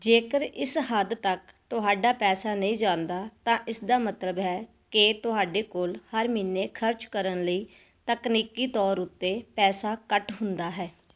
ਜੇਕਰ ਇਸ ਹੱਦ ਤੱਕ ਤੁਹਾਡਾ ਪੈਸਾ ਨਹੀਂ ਜਾਂਦਾ ਤਾਂ ਇਸ ਦਾ ਮਤਲਬ ਹੈ ਕਿ ਤੁਹਾਡੇ ਕੋਲ ਹਰ ਮਹੀਨੇ ਖਰਚ ਕਰਨ ਲਈ ਤਕਨੀਕੀ ਤੌਰ ਉੱਤੇ ਪੈਸਾ ਘੱਟ ਹੁੰਦਾ ਹੈ